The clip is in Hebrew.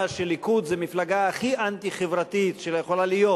שהליכוד הוא המפלגה הכי אנטי-חברתית שיכולה להיות,